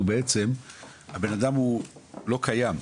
בעצם הבן אדם הוא לא קיים,